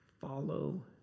follow